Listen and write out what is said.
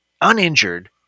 uninjured